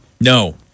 No